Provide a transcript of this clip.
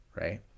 right